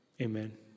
amen